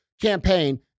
campaign